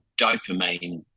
dopamine